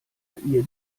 ihr